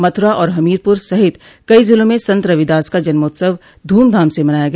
मथुरा और हमीरपुर सहित कई जिलों में संत रविदास का जन्मोत्सव धूमधाम से मनाया गया